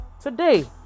today